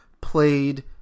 played